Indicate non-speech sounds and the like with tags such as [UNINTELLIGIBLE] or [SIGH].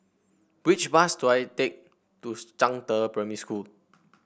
which bus do I take to [UNINTELLIGIBLE] Zhangde Primary School